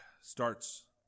starts